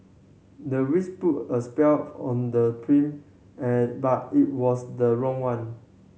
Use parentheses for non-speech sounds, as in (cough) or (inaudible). the witch put a spell of on the (unintelligible) (hesitation) but it was the wrong one